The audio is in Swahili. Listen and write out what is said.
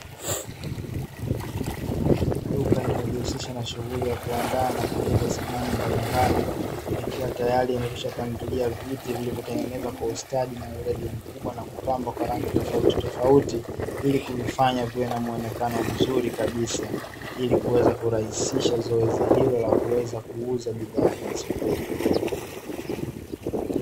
Duka linalojihusisha na shughuli ya kuandaa na kuuza samani mbalimbali, nikiwa tayari yamekwishapangilia viti vilivyotengenezwa kwa ustadi inayoledi mkubwa na kupambwa kwa rangi tofauti tofauti ili kuvifanya viwe na muonekano mzuri kabisa, ili kuweza kurahisisha zoezi hilo la kuweza kuuza bidhaa hizo.